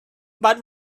but